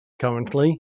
Currently